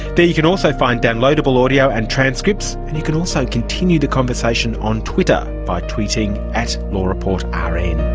there you can also find downloadable audio and transcripts and you can also continue the conversation on twitter, by tweeting at lawreportrn. ah